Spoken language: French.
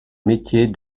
métier